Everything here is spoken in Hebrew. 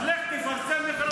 אז לך תפרסם מכרזים.